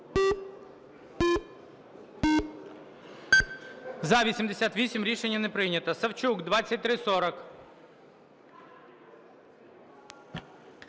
За-88 Рішення не прийнято. Савчук, 2340.